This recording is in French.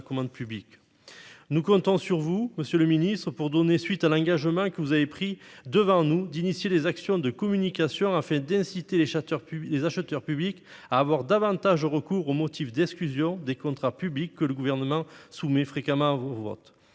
Nous comptons sur vous, monsieur le ministre, pour donner suite à l'engagement que vous avez alors pris devant nous de mettre en oeuvre des actions de communication afin d'inciter les acheteurs publics à avoir davantage recours aux motifs d'exclusion des contrats publics que le Gouvernement soumet fréquemment à nos votes.